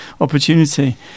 opportunity